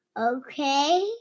Okay